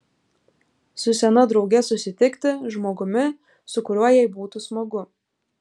su sena drauge susitikti žmogumi su kuriuo jai būtų smagu